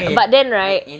but then right